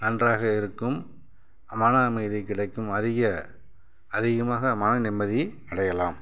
நன்றாக இருக்கும் மன அமைதி கிடைக்கும் அதிகம் அதிகமாக மன நிம்மதி அடையலாம்